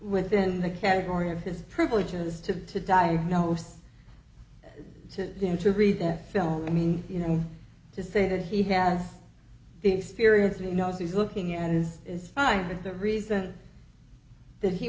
within the category of his privileges to diagnose to them to read that film i mean you know to say that he has the experience he knows he's looking and is finding the reason that he